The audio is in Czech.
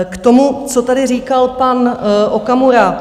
K tomu, co tady říkal pan Okamura.